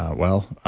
ah well,